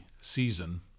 season